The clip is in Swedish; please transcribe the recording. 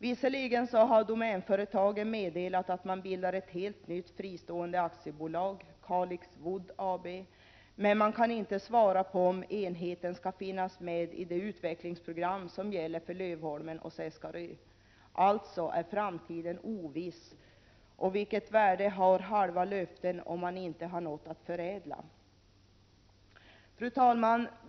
Visserligen har Domänföretagen meddelat att man bildar ett helt nytt fristående aktiebolag, Kalix Wood AB. Men man kan inte svara på om enheten skall finnas med i det utvecklingsprogram som gäller för Lövholmen och Seskarö. Framtiden är alltså oviss, och vilket värde har halva löften om man inte har något att förädla? Fru talman!